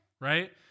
right